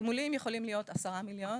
התגמולים יכולים להיות 10 מיליון